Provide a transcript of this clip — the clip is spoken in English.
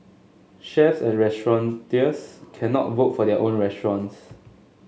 chefs and restaurateurs cannot vote for their own restaurants